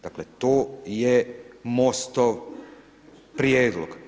Dakle, to je Mostov prijedlog.